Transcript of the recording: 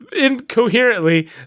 incoherently